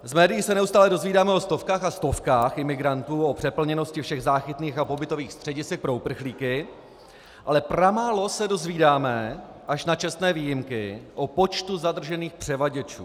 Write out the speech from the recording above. Z médií se neustále dozvídáme o stovkách a stovkách imigrantů, o přeplněnosti všech záchytných a pobytových středisek pro uprchlíky, ale pramálo se dozvídáme až na čestné výjimky o počtu zadržených převaděčů.